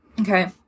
okay